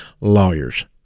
Lawyers